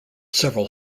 several